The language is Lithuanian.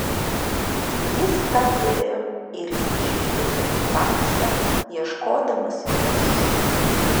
jis stabtelėjo ir įsižiūrėjo į tamsą ieškodamas jos